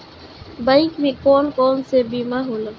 Bank में कौन कौन से बीमा होला?